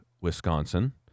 Wisconsin